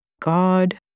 God